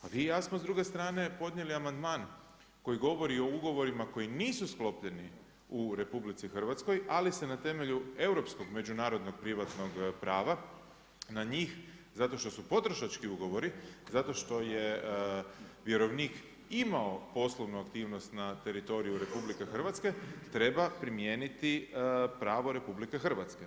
A vi i ja smo s druge strane podnijeli amandman koji govori o ugovorima koji nisu sklopljeni u RH ali se na temelju europskog međunarodnog privatnog prava na njih zato što su potrošački ugovori, zato što je vjerovnik imao poslovnu aktivnost na teritoriju RH treba primijeniti pravo RH.